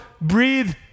breathe